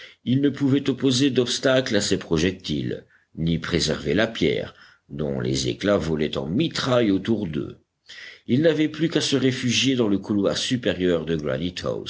ils ne pouvaient opposer d'obstacle à ces projectiles ni préserver la pierre dont les éclats volaient en mitraille autour d'eux ils n'avaient plus qu'à se réfugier dans le couloir supérieur de